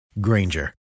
Granger